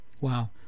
Wow